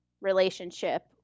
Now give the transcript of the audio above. relationship